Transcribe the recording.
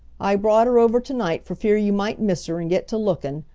i brought her over to-night for fear you might miss her and get to lookin',